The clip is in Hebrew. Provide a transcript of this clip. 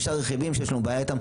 5 רכיבים שיש לנו בעיה עם זה,